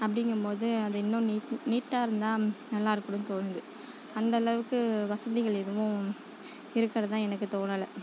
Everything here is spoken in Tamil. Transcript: அப்படிங்கம்மோது அது இன்னும் நீட் நீட்டாக இருந்தால் நல்லாயிருக்குன்னு தோணுது அந்தளவுக்கு வசதிகள் எதுவும் இருக்கிறதா எனக்கு தோணலை